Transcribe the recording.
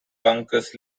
bunkers